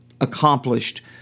accomplished